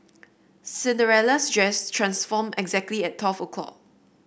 Cinderella's dress transformed exactly at twelve o'clock